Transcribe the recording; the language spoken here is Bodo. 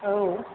औ